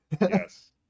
Yes